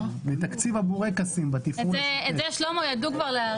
את זה ידעו כבר להעריך.